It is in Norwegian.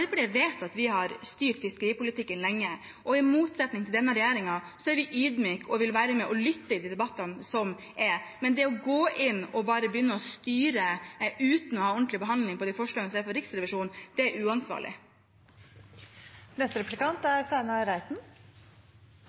vet at vi har styrt fiskeripolitikken lenge, men i motsetning til denne regjeringen er vi ydmyke og vil lytte til debattene som er. Men å gå inn og bare begynne å styre uten å ha en ordentlig behandling av de forslagene som kommer fra Riksrevisjonen,